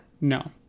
No